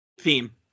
theme